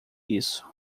isso